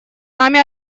нами